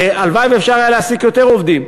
הלוואי שאפשר היה להעסיק יותר עובדים,